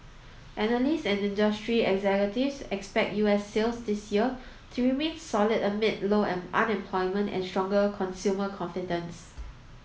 analysts and industry executives expect U S sales this year to remain solid amid low unemployment and strong consumer confidence